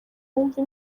wumve